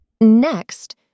Next